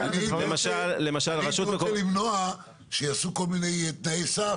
אני הייתי רוצה למנוע שיעשו כל מיני תנאי סף